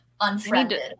Unfriended